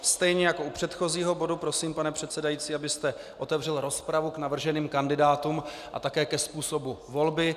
Stejně jako u předchozího bodu prosím, pane předsedající, abyste otevřel rozpravu k navrženým kandidátům a také ke způsobu volby.